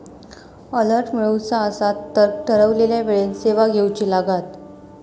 alert मिळवुचा असात तर ठरवलेल्या वेळेन सेवा घेउची लागात